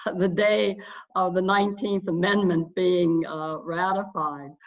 the day of the nineteenth amendment being ratified.